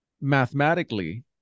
mathematically